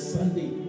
Sunday